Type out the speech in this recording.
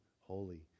holy